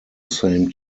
same